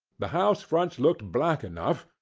the house fronts looked black enough,